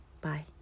Bye